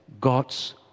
God's